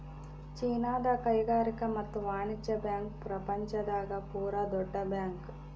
ಚೀನಾದ ಕೈಗಾರಿಕಾ ಮತ್ತು ವಾಣಿಜ್ಯ ಬ್ಯಾಂಕ್ ಪ್ರಪಂಚ ದಾಗ ಪೂರ ದೊಡ್ಡ ಬ್ಯಾಂಕ್